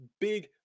big